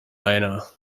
einer